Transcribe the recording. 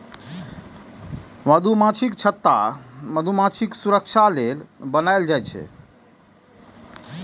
मधुमाछीक छत्ता मधुमाछीक सुरक्षा लेल बनाएल जाइ छै